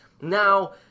Now